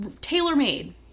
tailor-made